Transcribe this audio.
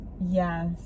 yes